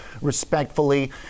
respectfully